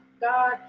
god